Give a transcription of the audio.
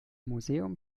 museum